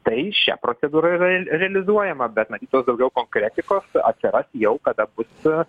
tai šia procedūra yra realizuojama bet matyt tos daugiau konkretikos atsiras jau kada bus